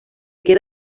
queda